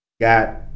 got